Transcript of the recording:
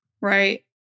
Right